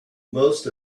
most